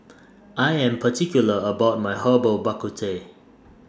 I Am particular about My Herbal Bak Ku Teh